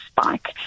spike